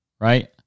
Right